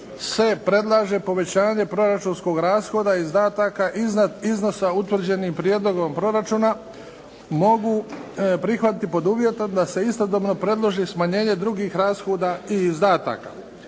se predlaže povećanje proračunskog rashoda izdataka iznad iznosa utvrđenim prijedlogom proračuna. Mogu prihvatiti pod uvjetom da se istodobno predloži smanjenje drugih rashoda i izdataka.